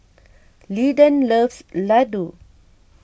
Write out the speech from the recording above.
Lyndon loves Laddu